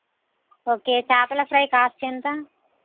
okay చేపల fry cost ఎంత